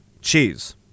cheese